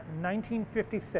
1956